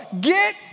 get